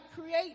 create